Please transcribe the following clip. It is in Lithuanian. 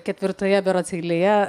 ketvirtoje berods eilėje